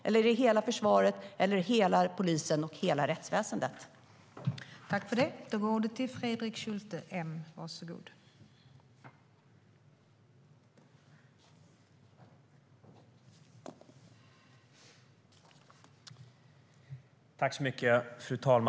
Eller är det hela försvaret eller hela polisen och hela rättsväsendet?